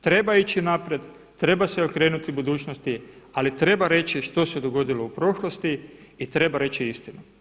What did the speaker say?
Treba ići naprijed, treba se okrenuti budućnosti ali treba reći što se dogodilo u prošlosti i treba reći istinu.